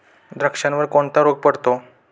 द्राक्षावर कोणता रोग पडतो?